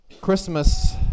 Christmas